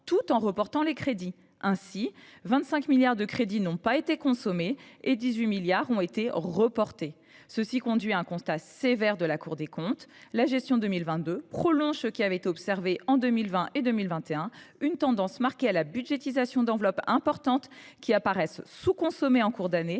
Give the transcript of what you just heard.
tout en reportant les crédits. Ainsi, 25 milliards d’euros de crédits n’ont pas été consommés, et 18 milliards d’euros ont été reportés. Cela conduit à un constat sévère de la Cour des comptes :« la gestion 2022 prolonge ce qui avait été observé en 2020 et 2021 : une tendance marquée à la budgétisation d’enveloppes importantes qui apparaissent sous consommées en cours d’année,